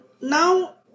now